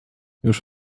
już